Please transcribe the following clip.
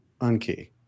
unkey